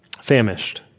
famished